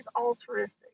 altruistic